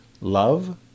Love